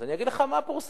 אני אגיד לך מה פורסם.